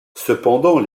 cependant